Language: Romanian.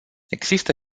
există